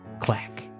clack